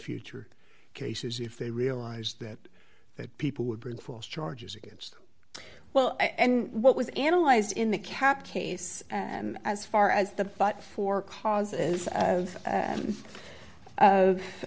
future cases if they realized that that people would bring false charges against well and what was analyzed in the cap case as far as the but for causes of